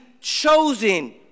chosen